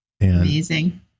Amazing